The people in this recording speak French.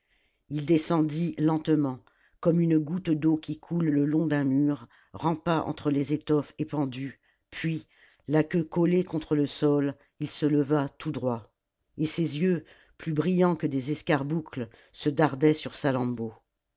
il descendit lentement comme une goutte d'eau qui coule le long d'un mur rampa entre les étoffes épandues puis la queue collée contre le sol il se leva tout droit et ses yeux plus brillants que des escarboucles se dardaient sur